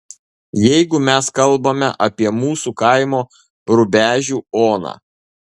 jeigu mes kalbame apie mūsų kaimo rubežių oną